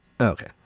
Okay